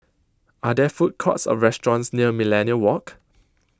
are there food courts or restaurants near Millenia Walk